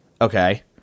Okay